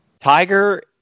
tiger